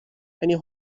eine